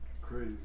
Crazy